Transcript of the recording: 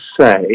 say